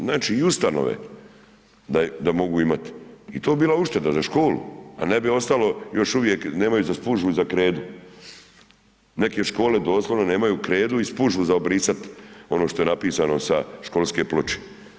Znači i ustanove da mogu imat i to bi bila ušteda za školu, a ne bi ostalo još uvijek nemaju za spužvu i za kredu, neke škole doslovno nemaju kredu i spužvu za obrisat ono što je napisano sa školske ploče.